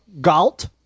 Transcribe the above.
Galt